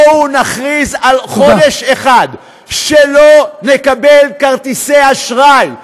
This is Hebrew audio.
בואו נכריז על חודש אחד שלא נקבל כרטיסי אשראי,